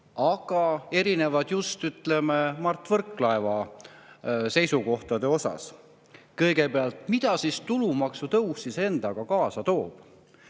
need erinevad just, ütleme, Mart Võrklaeva seisukohtadest. Kõigepealt, mida siis tulumaksutõus endaga kaasa toob?